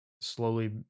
slowly